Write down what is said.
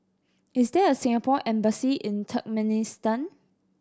is there a Singapore Embassy in Turkmenistan